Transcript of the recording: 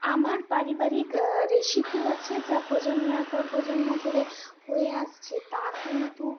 আমার পারিবারিক রেসিপি আছে যা প্রজন্মের পর প্রজন্ম ধরে হয়ে আসছে তা কিন্তু